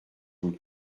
vous